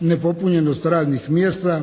nepopunjenost radnih mjesta